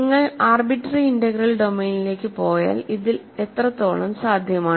നിങ്ങൾ arbitrary integral ഡൊമെയ്നിലേക്ക് പോയാൽ ഇതിൽ എത്രത്തോളം സാധ്യമാണ്